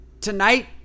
tonight